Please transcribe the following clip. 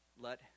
Let